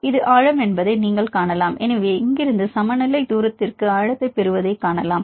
இது ஆழம் என்பதை நீங்கள் காணலாம் எனவே இங்கிருந்து சமநிலை தூரத்திற்கு ஆழத்தைப் பெறுவதைக் காணலாம்